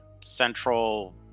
central